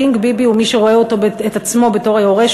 קינג ביבי ומי שרואה את עצמו בתור היורש